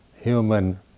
human